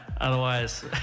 otherwise